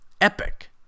epic